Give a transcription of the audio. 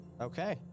Okay